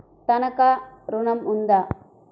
తనఖా ఋణం ఉందా?